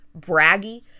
braggy